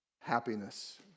happiness